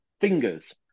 fingers